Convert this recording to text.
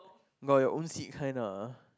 got your own seat kind ah